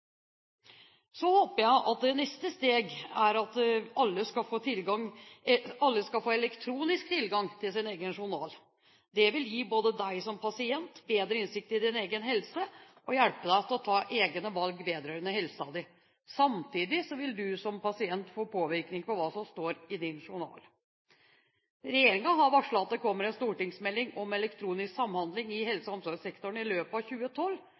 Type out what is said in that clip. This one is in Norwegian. Så håper jeg at neste steg er at alle skal få elektronisk tilgang til sin egen journal. Det vil gi deg som pasient bedre innsikt i din egen helse og hjelpe deg til å ta egne valg vedrørende helsen din. Samtidig vil du som pasient få påvirkning på hva som står i din journal. Regjeringen har varslet at det kommer en stortingsmelding om elektronisk samhandling i helse- og omsorgssektoren i løpet av 2012.